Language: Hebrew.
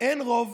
אין רוב,